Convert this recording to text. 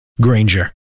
Granger